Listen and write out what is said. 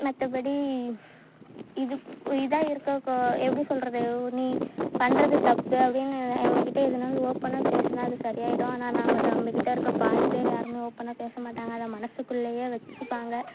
மற்றபடி இதுக்கு இதா இருக்க கோ எப்படி சொல்றது நீ பண்ணுறது தப்பு அப்படின்னு எ நம்மகிட்ட எதுனாலும் ஓப்பனா பேசுனா அது சரியாகிடும் ஆனால் நான் நம்ம கிட்ட இருக்கிற பாதி பேர் யாரும் ஓப்பனா பேச மாட்டாங்க அதை மனசுக்குள்ளேயே வச்சுப்பாங்க